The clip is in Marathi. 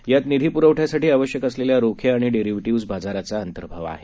यात निधीपुरवठ्यासाठी आवश्यक असलेल्या रोखे आणि डिरेव्हिर्डिज बाजाराचा अंतर्भाव आहे